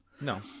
no